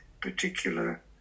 particular